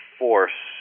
force